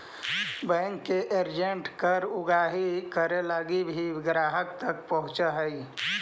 bank के agent कर उगाही करे लगी भी ग्राहक तक पहुंचऽ हइ